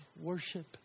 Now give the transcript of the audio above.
worship